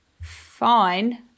fine